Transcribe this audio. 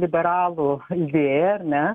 liberalų idėją ar ne